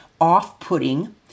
off-putting